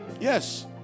Yes